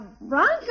Bronco